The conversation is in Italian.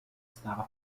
stava